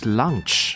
lunch